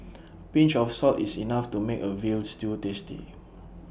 A pinch of salt is enough to make A Veal Stew tasty